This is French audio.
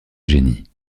génie